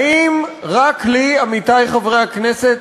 האם רק לי, עמיתי חברי הכנסת,